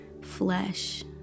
flesh